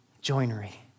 joinery